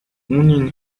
این